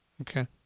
Okay